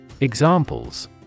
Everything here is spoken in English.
Examples